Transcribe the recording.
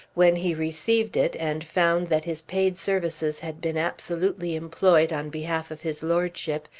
when he received it, and found that his paid services had been absolutely employed on behalf of his lordship,